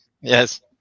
Yes